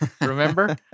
remember